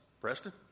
Preston